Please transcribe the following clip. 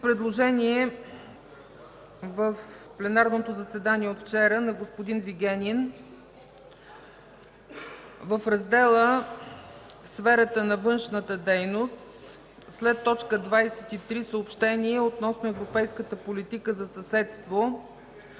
предложение в пленарното заседание вчера на господин Вигенин – в Раздела „В сферата на външната дейност”, след т. 23 „Съобщение относно европейската политика за съседство”